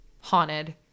haunted